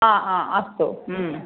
हा हा अस्तु